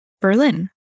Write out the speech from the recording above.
Berlin